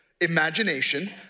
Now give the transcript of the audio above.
imagination